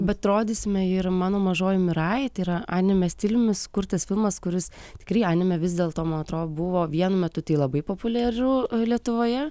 bet rodysime ir mano mažoji mirai tai yra anime stiliumi sukurtas filmas kuris tikrai anime vis dėlto man atrodo buvo vienu metu tai labai populiaru lietuvoje